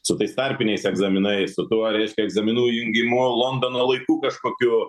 su tais tarpiniais egzaminai su tuo reiškia egzaminų jungimu londono laikų kažkokiu